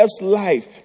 life